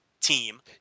team